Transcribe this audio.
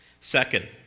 Second